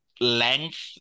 length